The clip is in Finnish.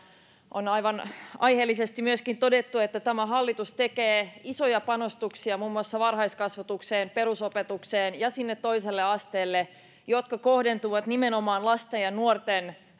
on aivan aiheellisesti myöskin todettu että tämä hallitus tekee isoja panostuksia muun muassa varhaiskasvatukseen perusopetukseen ja sinne toiselle asteelle jotka kohdentuvat nimenomaan lasten ja nuorten